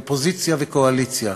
אופוזיציה וקואליציה,